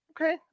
Okay